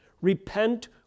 Repent